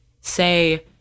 say